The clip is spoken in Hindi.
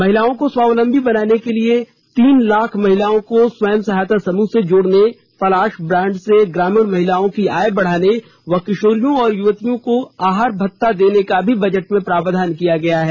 महिलाओं को स्वावलंबी बनाने के लिए तीन लाख महिलाओं को स्वयं सहायता समूह से जोड़ने पलाश ब्रांड से ग्रामीण महिलाओं की आय बढ़ाने व किशोरियों और युवतियों को आहार भत्ता देने का भी बजट में प्रावधान किया गया है